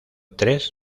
tres